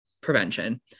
prevention